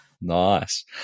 nice